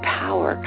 power